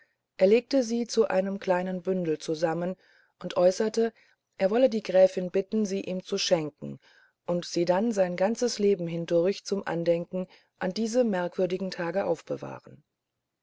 er legte sie zu einem kleinen bündel zusammen und äußerte er wolle die gräfin bitten sie ihm zu schenken und sie dann sein ganzes leben hindurch zum andenken an diese merkwürdigen tage aufbewahren